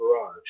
garage